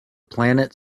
planet